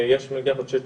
ויש מילגה חודשית.